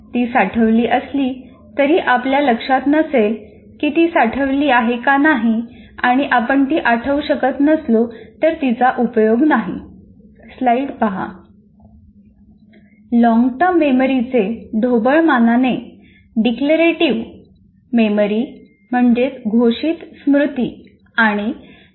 ती साठवली असली तरी आपल्या लक्षात नसेल की ती साठवली आहे का नाही आणि आपण ती आठवू शकत नसलो तर तिचा उपयोग नाही लॉंगटर्म मेमरीचे ढोबळ मानाने डिक्लेरेटिव्ह मेमरी असे वर्गीकरण केले जाऊ शकते